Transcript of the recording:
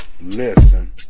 Listen